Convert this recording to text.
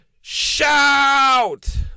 shout